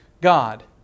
God